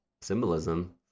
symbolism